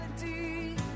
reality